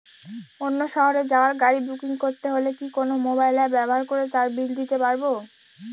অন্য শহরে যাওয়ার গাড়ী বুকিং করতে হলে কি কোনো মোবাইল অ্যাপ ব্যবহার করে তার বিল দিতে পারব?